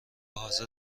حاضر